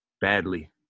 badly